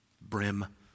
brim